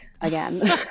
again